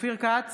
אופיר כץ,